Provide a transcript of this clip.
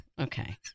Okay